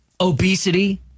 obesity